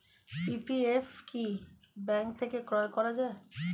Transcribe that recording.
PPF কি bank থেকে ক্রয় করা যায়?